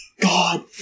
god